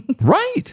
Right